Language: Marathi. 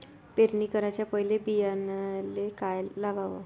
पेरणी कराच्या पयले बियान्याले का लावाव?